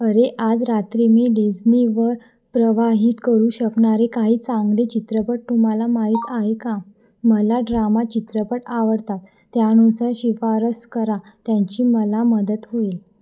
अरे आज रात्री मी डिझनीवर प्रवाहित करू शकणारे काही चांगले चित्रपट तुम्हाला माहीत आहे का मला ड्रामा चित्रपट आवडतात त्यानुसार शिफारस करा त्यांची मला मदत होईल